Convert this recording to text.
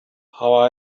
how